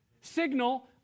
Signal